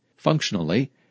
functionally